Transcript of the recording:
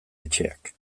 etxeak